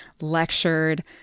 lectured